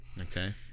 Okay